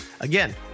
Again